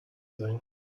thing